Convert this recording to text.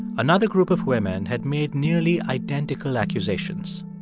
another group of women had made nearly identical accusations,